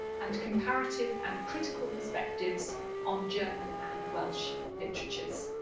and comparative and critical perspectives on german and welsh literatures.